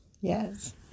Yes